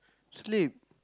sleep